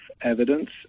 evidence